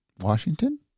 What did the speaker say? Washington